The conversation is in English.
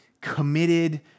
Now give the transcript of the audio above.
committed